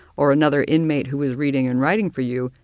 or another inmate who was reading and writing for you,